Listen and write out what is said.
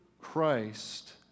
Christ